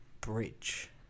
bridge